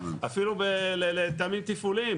אפילו מטעמים תפעוליים,